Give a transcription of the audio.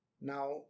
Now